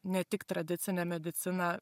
ne tik tradicinę mediciną